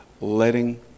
Letting